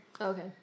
Okay